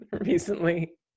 recently